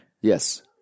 Yes